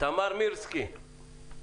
תמר מירסקי.